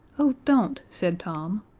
oh, don't, said tom.